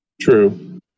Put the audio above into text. True